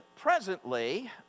presently